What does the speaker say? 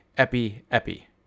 epi-epi